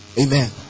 Amen